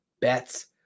bets